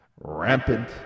rampant